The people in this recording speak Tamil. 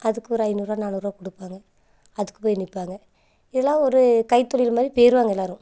அதுக்கு ஒரு ஐந்நூறுரூவா நானூறுரூவா கொடுப்பாங்க அதுக்கு போய் நிற்பாங்க இதெல்லாம் ஒரு கைத்தொழில் மாதிரி போயிடுவாங்க எல்லோரும்